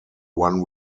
one